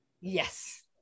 Yes